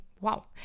wow